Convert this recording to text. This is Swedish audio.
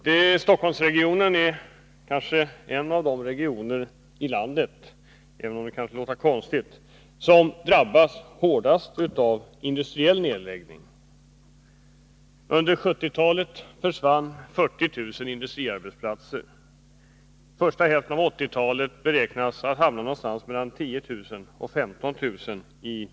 Herr talman! Stockholmsregionen är en av de regioner i landet, även om det kanske låter konstigt, som drabbas hårdast av industriell nedläggning. Under 1970-talet försvann 40 000 industriarbetsplatser. Första hälften av 1980-talet beräknas antalet nedläggningar ligga någonstans mellan 10 000 och 15 000.